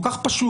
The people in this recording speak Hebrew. כל כך פשוט.